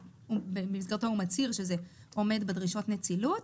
שבמסגרתו הוא מצהיר שזה עומד בדרישות נצילות,